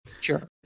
Sure